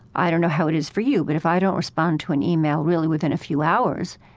i don't know how it is for you, but if i don't respond to an email really within a few hours,